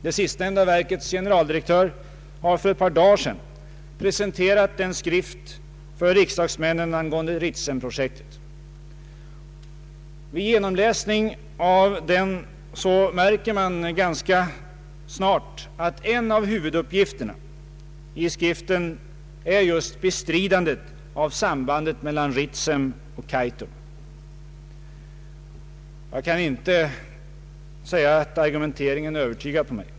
Det sistnämnda verkets generaldirektör har för ett par dagar sedan presenterat en skrift för riksdagsmännen angående Ritsemprojektet. Vid genomläsning av den märker man ganska snart att en av huvudpunkterna i skriften är bestridandet av sambandet mellan Ritsem och Kaitum. Jag kan inte säga att argumenteringen övertygar.